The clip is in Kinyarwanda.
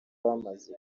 bamaze